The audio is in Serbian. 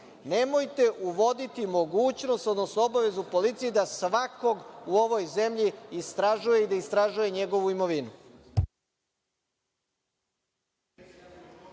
Nemojte uvoditi mogućnost, odnosno obavezu policiji da svakog u ovoj zemlji istražuje i da istražuje njegovu imovinu.